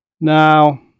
now